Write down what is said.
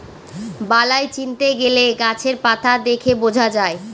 বালাই চিনতে গেলে গাছের পাতা দেখে বোঝা যায়